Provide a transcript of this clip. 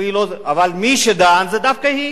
אבל מי שדן זה דווקא היא.